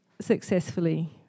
successfully